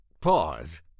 pause